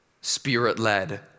spirit-led